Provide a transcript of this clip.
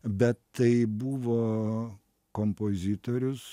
bet tai buvo kompozitorius